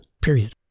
period